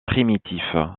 primitif